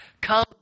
Come